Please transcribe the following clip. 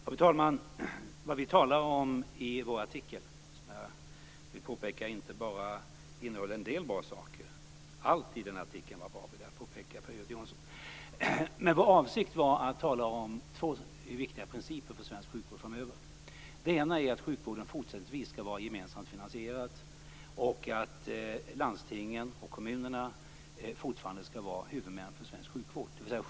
Fru talman! Vad vi talar om i vår artikel - jag vill påpeka för Göte Jonsson att den inte bara innehöll en del bra saker utan att allt var bra - är två viktiga principer för svensk sjukvård framöver. Den ena är att sjukvården fortsättningsvis skall vara gemensamt finansierad och att landstingen och kommunerna fortfarande skall vara huvudmän för svensk sjukvård.